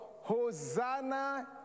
Hosanna